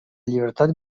llibertat